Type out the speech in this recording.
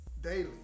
Daily